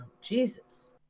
Jesus